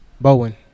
Bowen